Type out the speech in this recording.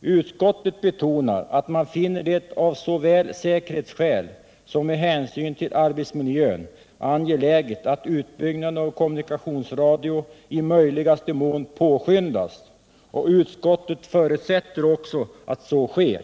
Utskottet betonar att man finner det, med hänsyn till både säkerhetsskäl och arbetsmiljö, angeläget att utbyggnaden av kommunikationsradion i möjligaste mån påskyndas, och utskottet förutsätter även att så sker.